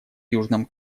южном